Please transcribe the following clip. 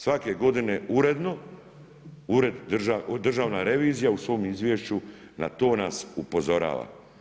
Svake godine uredno, Državna revizija u svom izvješću na to nas upozorava.